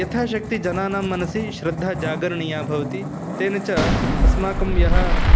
यथाशक्तिः जनानां मनसि श्रद्धा जागरणीया भवति तेन च अस्माकं यः